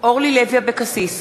אורלי לוי אבקסיס,